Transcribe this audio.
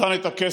נתן את הכסף